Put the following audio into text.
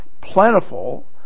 plentiful